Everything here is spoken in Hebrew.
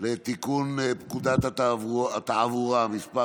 לתיקון פקודת התעבורה (מס'